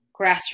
grassroots